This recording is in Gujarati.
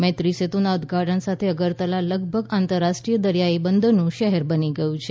મૈત્રી સેતુના ઉદઘાટન સાથે અગરતલા લગભગ આંતરરાષ્ટ્રીય દરિયાઈ બંદરનું શહેર બની ગયું છે